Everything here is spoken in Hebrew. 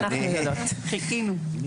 חיכינו.